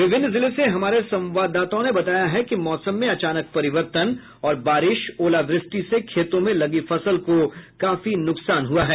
विभिन्न जिले से हमारे संवाददाताओं ने बताया है कि मौसम में अचानक परिवर्तन और बारिश ओलावृष्टि से खेतों में लगी फसल को काफी नुकसान हुआ है